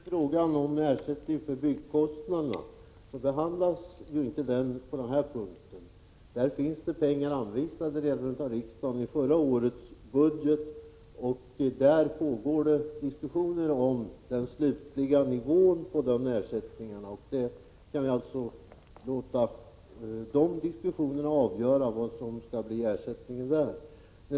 Herr talman! Frågan om ersättning för byggkostnaderna behandlas inte under denna punkt. Det finns redan pengar anvisade av riksdagen i förra årets budget, och diskussioner pågår om den slutliga nivån på ersättningarna. Vi får låta dessa diskussioner avgöra hur stora ersättningarna skall bli.